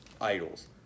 idols